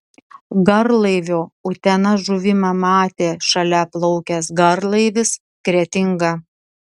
garlaivio utena žuvimą matė šalia plaukęs garlaivis kretinga